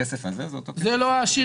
הכסף הזה זה אותו כסף --- זה לא העשירים.